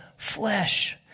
flesh